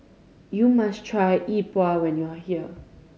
you must try E Bua when you are here